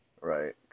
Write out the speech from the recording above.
right